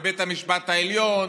בבית המשפט העליון,